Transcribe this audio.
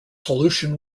solution